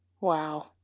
Wow